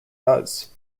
does